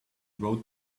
wrote